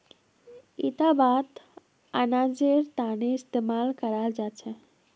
इटा बात अनाजेर तने इस्तेमाल कराल जा छे